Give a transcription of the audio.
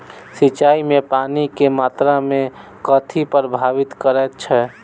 सिंचाई मे पानि केँ मात्रा केँ कथी प्रभावित करैत छै?